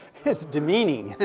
it's demeaning. and